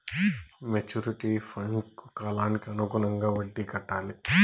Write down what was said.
maturity ఫండ్కు కాలానికి అనుగుణంగా వడ్డీ కట్టాలి